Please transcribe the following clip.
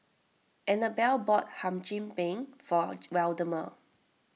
Anabelle bought Hum Chim Peng for Waldemar